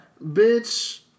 Bitch